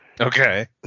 okay